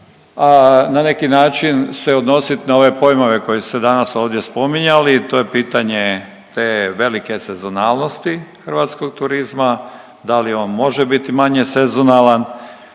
na neki način se odnosit na ove pojmove koji su se danas ovdje spominjali i to je pitanje te velike sezonalnosti hrvatskog turizma, da li on može biti manje sezonalan,